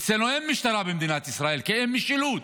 אצלנו במדינת ישראל אין משטרה, כי אין משילות.